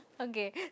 Okay